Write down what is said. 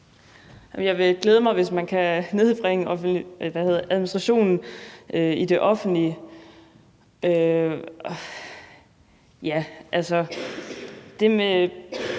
Det vil glæde mig, hvis man kan reducere administrationen i det offentlige.